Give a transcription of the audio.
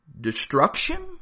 destruction